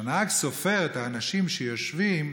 כשהנהג סופר את האנשים שיושבים,